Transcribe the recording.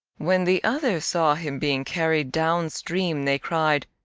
when the others saw him being carried down-stream they cried,